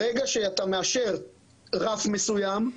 ברגע שאתה מאשר רף מסוים,